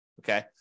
Okay